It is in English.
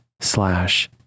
slash